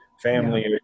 family